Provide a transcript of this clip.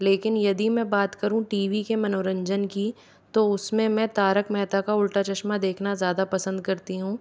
लेकिन यदि मैं बात करूँ टी वी के मनोरंजन की तो उसमे मैं तारक मेहता का उल्टा चश्मा देखना पसंद करती हूँ